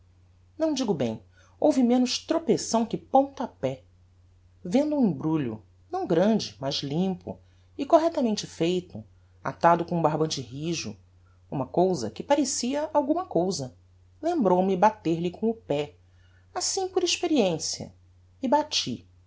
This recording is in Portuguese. não digo bem houve menos tropeção que pontapé vendo um embrulho não grande mas limpo e correctamente feito atado com um barbante rijo uma cousa que parecia alguma cousa lembrou-me bater-lhe com o pé assim por experiencia e bati